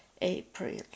April